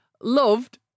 loved